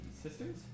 Sisters